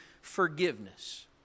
forgiveness